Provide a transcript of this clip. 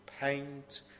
paint